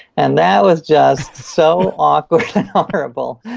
and that was just so awkward and horrible.